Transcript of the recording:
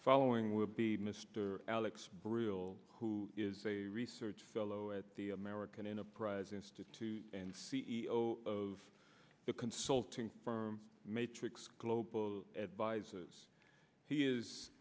following will be mr alex brill who is a research fellow at the american enterprise institute and c e o of the consulting firm matrix global advisors he is